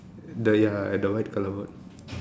the ya at the white colour word